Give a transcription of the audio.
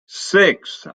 six